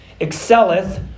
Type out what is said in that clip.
Excelleth